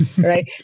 right